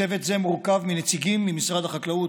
צוות זה מורכב מנציגים ממשרד החקלאות,